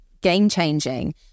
game-changing